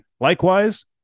Likewise